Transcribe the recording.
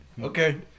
Okay